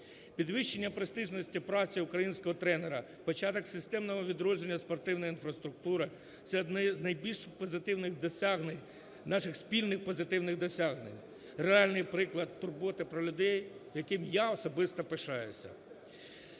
Підвищення престижності праці українського тренера, початок системного відродження спортивної інфраструктури – це одне з найбільш позитивних досягнень, наших спільних позитивних досягнень, реальний приклад турботи про людей, яким я особисто пишаюсь.